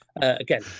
again